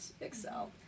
excel